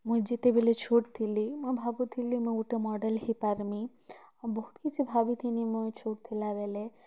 ମୁଇଁ ଯେତେବେଲେ ଛୋଟ୍ ଥିଲି ମୁଇଁ ଭାବୁଥିଲି ମୁଇଁ ଗୁଟେ ମଡ଼େଲ୍ ହେଇପାରମି ବହୁତ୍ କିଛି ଭାବିଥିନି ମୁଇଁ ଛୋଟ୍ ଥିଲାବେଲେ